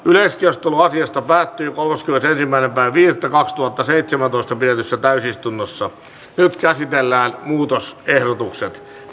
yleiskeskustelu asiasta päättyi kolmaskymmenesensimmäinen viidettä kaksituhattaseitsemäntoista pidetyssä täysistunnossa nyt käsitellään muutosehdotukset